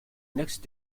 next